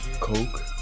Coke